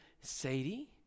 Sadie